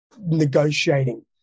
negotiating